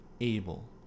able